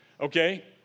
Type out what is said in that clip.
Okay